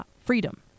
freedom